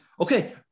Okay